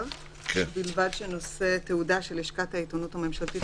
ובלבד שנושא תעודה של לשכת העיתונות הממשלתית,